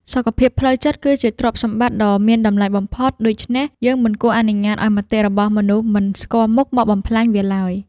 សុខភាពផ្លូវចិត្តគឺជាទ្រព្យសម្បត្តិដ៏មានតម្លៃបំផុត ដូច្នេះយើងមិនគួរអនុញ្ញាតឱ្យមតិរបស់មនុស្សមិនស្គាល់មុខមកបំផ្លាញវាឡើយ។